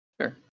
sure